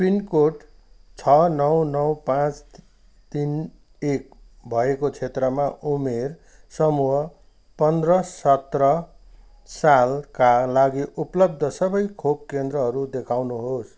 pin code छ नौ नौ पाँच तिन एक भएको क्षेत्रमा उमेर समूह पन्ध्र सत्र सालका लागि उपलब्ध सबै खोप केन्द्रहरू देखाउनुहोस्